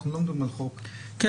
אנחנו לא מדברים על חוק --- כן,